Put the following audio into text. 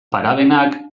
parabenak